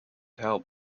help